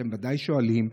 אתם ודאי שואלים.